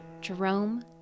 Jerome